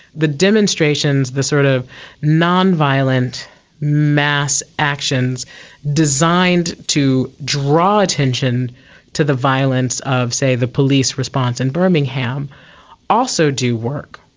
the demonstrations, the sort of nonviolent mass actions designed to draw attention to the violence of, say, the police response in birmingham also do work,